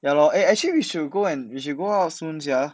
ya lor eh actually we should go and we should go out soon sia